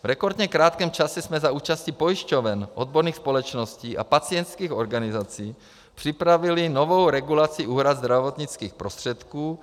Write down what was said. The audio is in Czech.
V rekordně krátkém čase jsme za účasti pojišťoven, odborných společností a pacientských organizací připravili novou regulaci úhrad zdravotnických prostředků.